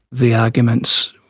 the argument's